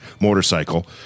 motorcycle